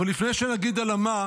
אבל לפני שנדבר על המה,